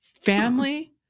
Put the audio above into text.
family